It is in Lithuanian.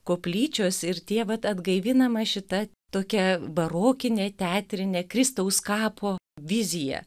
koplyčios ir tie vat atgaivinama šita tokia barokinė teatrinė kristaus kapo vizija